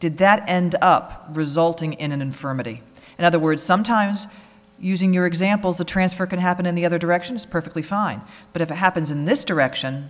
did that end up resulting in an infirmity in other words sometimes using your examples the transfer could happen in the other direction is perfectly fine but if it happens in this direction